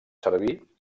servir